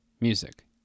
music